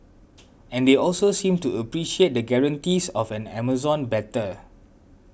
and they also seemed to appreciate the guarantees of an Amazon better